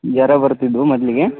ಜ್ವರ ಬರ್ತಿದ್ವು ಮೊದಲಿಗೆ